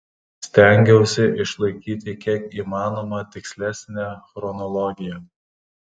stengiausi išlaikyti kiek įmanoma tikslesnę chronologiją